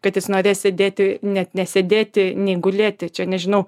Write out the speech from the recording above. kad jis norės sėdėti net ne sėdėti nei gulėti čia nežinau